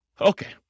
Okay